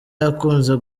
yakunze